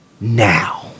now